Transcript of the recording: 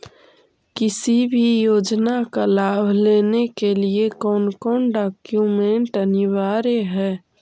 किसी भी योजना का लाभ लेने के लिए कोन कोन डॉक्यूमेंट अनिवार्य है?